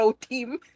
team